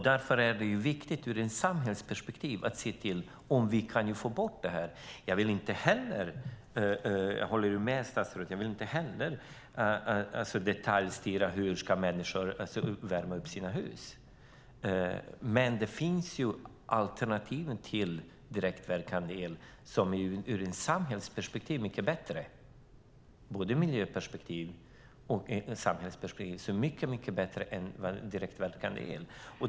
Det är viktigt ur ett samhällsperspektiv att se till att vi kan få bort detta. Jag håller med statsrådet. Inte heller jag vill detaljstyra hur människor ska värma upp sina hus. Men det finns alternativ till direktverkande el som ur både ett miljöperspektiv och ett samhällsperspektiv är mycket bättre än direktverkande el.